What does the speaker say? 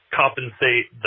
compensate